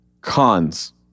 Cons